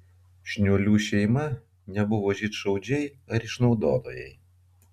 šniuolių šeima nebuvo žydšaudžiai ar išnaudotojai